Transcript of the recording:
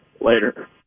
Later